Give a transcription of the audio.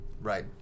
Right